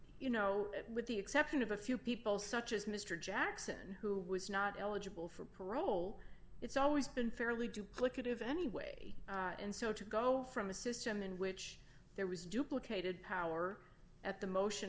you know with the exception of a few people such as mr jackson who was not eligible for parole it's always been fairly duplicative anyway and so to go from a system in which there was duplicated power at the motion